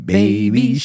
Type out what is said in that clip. Baby